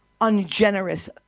ungenerous